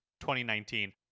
2019